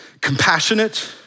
Compassionate